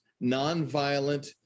non-violent